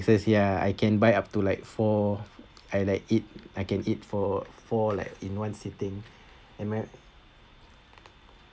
texas ya I can buy up to like four I like eat I can eat for four like in one sitting and my